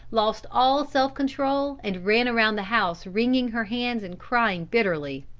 lost all self-control, and ran round the house wringing her hands and crying bitterly.